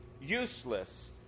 useless